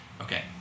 okay